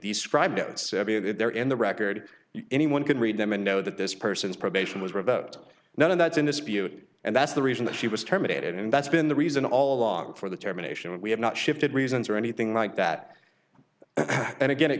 the scribe there in the record anyone can read them and know that this person's probation was revoked none of that's in dispute and that's the reason that she was terminated and that's been the reason all along for the terminations we have not shifted reasons or anything like that and again it